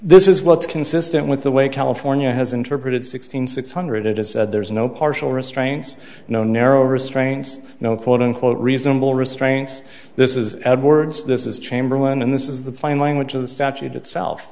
this is what's consistent with the way california has interpreted sixteen six hundred it is said there is no partial restraints no narrow restraints no quote unquote reasonable restraints this is edwards this is chamberlain and this is the plain language of the statute itself